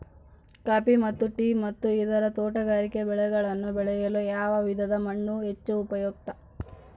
Coffee ಮತ್ತು tea ಮತ್ತು ಇತರ ತೋಟಗಾರಿಕೆ ಬೆಳೆಗಳನ್ನು ಬೆಳೆಯಲು ಯಾವ ವಿಧದ ಮಣ್ಣು ಹೆಚ್ಚು ಉಪಯುಕ್ತ?